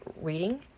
reading